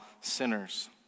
sinners